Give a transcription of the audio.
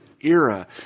Era